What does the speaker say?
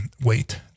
wait